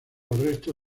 arresto